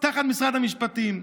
תחת משרד המשפטים.